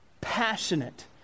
passionate